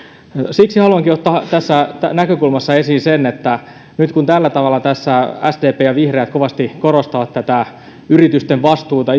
siksi haluankin ottaa tässä näkökulmassa esiin sen että nyt kun tällä tavalla tässä sdp ja vihreät kovasti korostavat tätä yritysten vastuuta